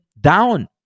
down